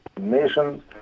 nations